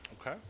Okay